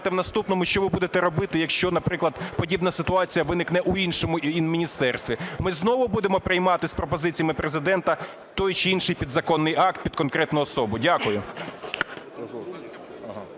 Що ви будете робити, якщо, наприклад, подібна ситуація виникне в іншому міністерстві, ми знову будемо приймати з пропозиціями Президента той чи інший підзаконний акт під конкретну особу? Дякую.